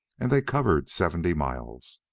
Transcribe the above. and they covered seventy miles.